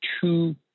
two